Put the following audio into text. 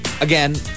again